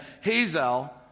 Hazel